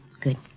Good